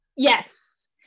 yes